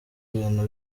ibintu